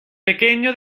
pequeño